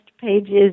pages